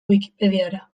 wikipediara